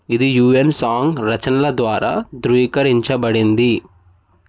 ఇది యుఎన్ సాంగ్ రచనల ద్వారా ధృవీకరించబడింది